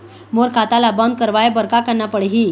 मोर खाता ला बंद करवाए बर का करना पड़ही?